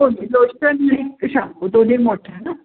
हो नाही लोशन आणि शापू दोन्ही मोठं ना